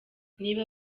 niba